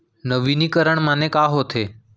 नवीनीकरण माने का होथे?